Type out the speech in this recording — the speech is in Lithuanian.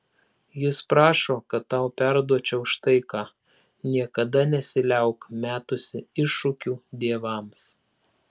jis prašo kad tau perduočiau štai ką niekada nesiliauk metusi iššūkių dievams